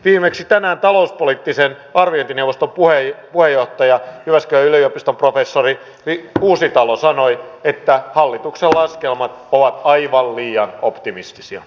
viimeksi tänään talouspoliittisen arviointineuvoston puheenjohtaja jyväskylän yliopiston professori uusitalo sanoi että hallituksen laskelmat ovat aivan liian optimistisia